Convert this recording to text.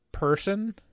Person